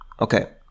okay